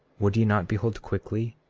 would ye not behold quickly,